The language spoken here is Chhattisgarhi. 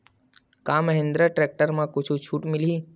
का महिंद्रा टेक्टर म कुछु छुट मिलही?